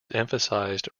emphasized